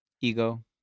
Ego